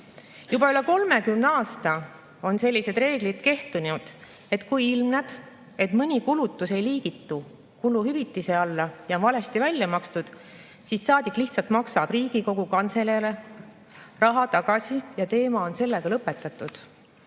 Juba üle 30 aasta on kehtinud sellised reeglid: kui ilmneb, et mõni kulutus ei liigitu kuluhüvitise alla ja on valesti välja makstud, siis saadik lihtsalt maksab Riigikogu Kantseleile raha tagasi ja sellega on teema lõpetatud.